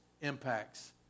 impacts